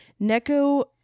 Neko